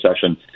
session